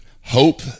hope